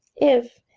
if,